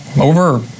over